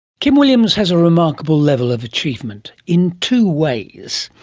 kim williams has a remarkable level of achievement. in two ways.